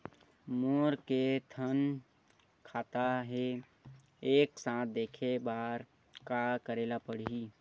मोर के थन खाता हे एक साथ देखे बार का करेला पढ़ही?